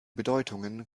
bedeutungen